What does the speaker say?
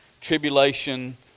tribulation